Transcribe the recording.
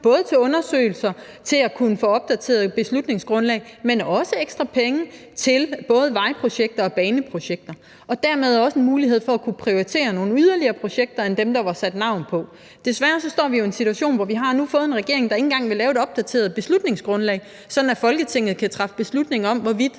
både til undersøgelser med henblik på at få et opdateret beslutningsgrundlag, men også ekstra penge til både vejprojekter og baneprojekter – og dermed var der også en mulighed for at kunne prioritere nogle yderligere projekter end dem, der var sat navn på. Desværre står vi jo nu i en situation, hvor vi har fået en regering, der ikke engang vil lave et opdateret beslutningsgrundlag, sådan at Folketinget kan træffe beslutning om, hvorvidt